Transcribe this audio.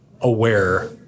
aware